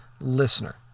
listener